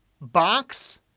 box